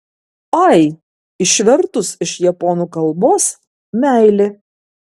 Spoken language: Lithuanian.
ai išvertus iš japonų kalbos meilė